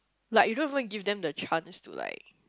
like you don't even give them the chance to like